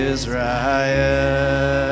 Israel